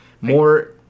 more